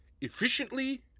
efficiently